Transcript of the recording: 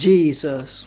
Jesus